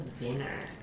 winner